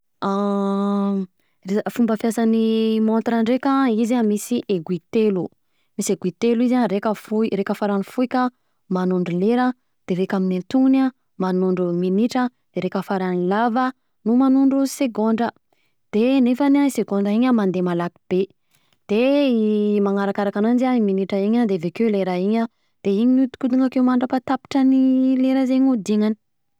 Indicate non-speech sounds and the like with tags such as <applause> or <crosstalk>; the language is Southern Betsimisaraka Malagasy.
<hesitation> Fomba fiasan'ny montre ndreka izy an misy aiguille telo, misy aiguille telo izy an raika fohy raika faran'ny foika, manondro lera, raika amin'ny antonony manondro minitra, de raika faran'ny lava manondro no segondra, de nefany an segondra iny mandeha malaky be, de i manarakaraka ananjy an minitra an de avekeo le raha iny an de iny mihodikodina akeo mandratapitra ny lera zegny hiodinany.